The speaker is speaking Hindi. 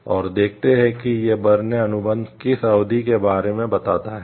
और देखते हैं कि यह बर्न अनुबंध किस अवधि के बारे में बताता है